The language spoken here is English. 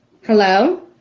Hello